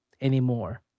anymore